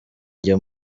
njye